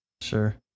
Sure